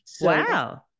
Wow